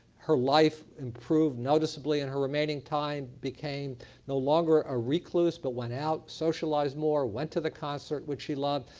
her life improved noticeably in her remaining time. became no longer a recluse, but went out, socialized more, went to the concert which she loved.